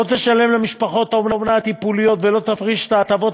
לא תשלם למשפחות האומנה הטיפוליות ולא תפריש את ההטבות